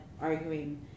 arguing